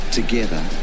together